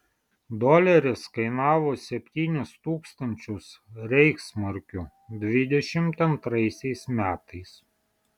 doleris kainavo septynis tūkstančius reichsmarkių dvidešimt antraisiais metais